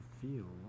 feel